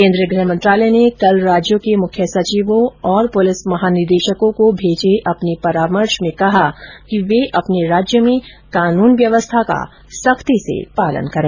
केन्द्रीय गृह मंत्रालय ने कल राज्यों के मुख्य सचिवों और पुलिस महानिदेशकों को भेजे अपने परामर्श में कहा कि वे अपने राज्य में कानून व्यवस्था का सख्ती से पालन करें